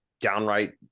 downright